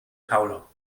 paula